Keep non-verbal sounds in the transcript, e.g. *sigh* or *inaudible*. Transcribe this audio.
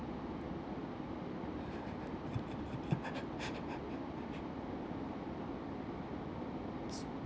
*laughs*